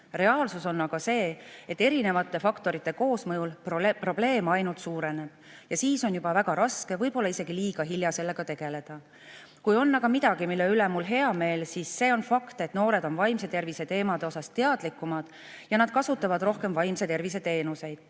Reaalsus on aga see, et erinevate faktorite koosmõjul probleem ainult suureneb ja siis on juba väga raske, võib-olla isegi liiga hilja sellega tegeleda. Kui on aga midagi, mille üle on mul hea meel, siis see on fakt, et noored on vaimse tervise teemade puhul teadlikumad ja nad kasutavad rohkem vaimse tervise teenuseid.